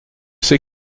c’est